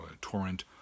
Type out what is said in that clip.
torrent